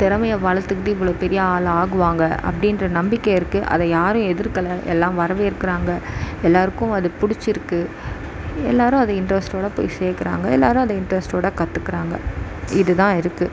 திறமைய வளர்த்துக்கிட்டு இவ்வளோ பெரிய ஆளாக ஆவாங்க அப்படின்ற நம்பிக்கை இருக்குது அதை யாரும் எதிர்க்கல எல்லாம் வரவேற்கிறாங்க எல்லோர்க்கும் அது பிடிச்சிருக்கு எல்லோரும் அதை இன்ட்ரெஸ்ட்டோடு போய் சேக்கிறாங்க எல்லோரும் அதை இன்ட்ரெஸ்ட்டோடு கற்றுக்கிறாங்க இதுதான் இருக்குது